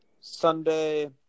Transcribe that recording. Sunday